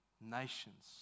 Nations